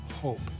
hope